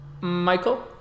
Michael